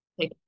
Take